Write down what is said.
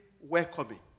welcoming